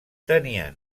tenien